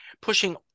pushing